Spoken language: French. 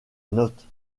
note